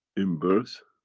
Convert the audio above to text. in birth,